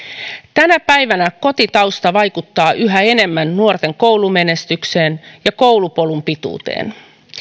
tänä päivänä kotitausta vaikuttaa yhä enemmän nuorten koulumenestykseen ja koulupolun pituuteen